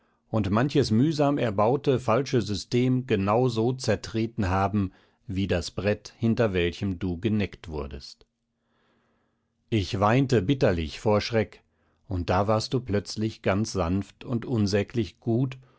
und manches mühsam erbaute falsche system genau so zertreten haben wie das brett hinter welchem du geneckt wurdest ich weinte bitterlich vor schreck und da warst du plötzlich ganz sanft und unsäglich gut